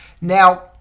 Now